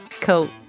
Cool